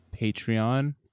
Patreon